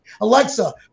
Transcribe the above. Alexa